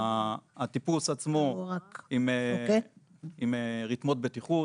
הטיפוס עצמו עם רתמות בטיחות.